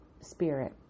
spirit